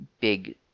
big